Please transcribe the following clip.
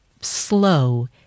slow